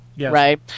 right